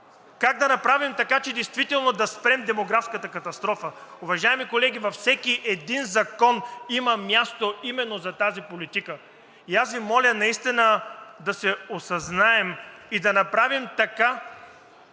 Как да направим така, че действително да спрем демографската катастрофа? Уважаеми колеги, във всеки един закон има място именно за тази политика. И аз Ви моля наистина да се осъзнаем и да направим така,